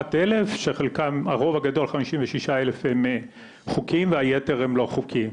שחלקם הרוב הגדול 56 אלף הם חוקיים והייתר הם לא חוקיים.